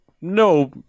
no